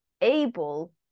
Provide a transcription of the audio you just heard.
able